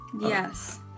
Yes